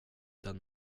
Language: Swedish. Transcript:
den